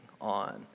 on